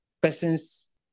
Persons